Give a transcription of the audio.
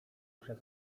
przez